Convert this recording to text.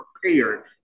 prepared